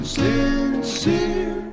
sincere